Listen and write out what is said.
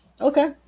Okay